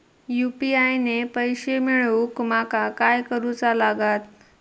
UPI ने पैशे मिळवूक माका काय करूचा लागात?